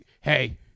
Hey